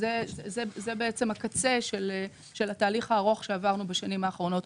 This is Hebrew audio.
זה הקצה של התהליך הארוך שעברנו בשנים האחרונות.